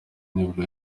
nibwo